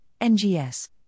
NGS